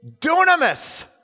dunamis